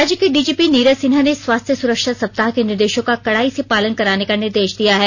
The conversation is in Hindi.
राज्य के डीजीपी नीरज सिन्हा ने स्वास्थ्य सुरक्षा सप्ताह के निर्देशों का कड़ाई से पालन कराने का निर्देश दिया है